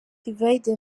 divide